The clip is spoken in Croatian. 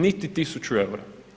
Niti tisuću eura.